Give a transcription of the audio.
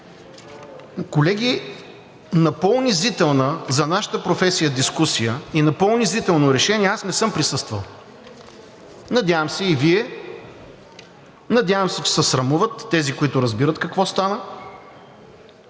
Колеги, на по-унизителна за нашата професия дискусия и на по-унизително решение не съм присъствал. Надявам се и Вие, надявам се, че се срамуват тези, които разбират какво стана.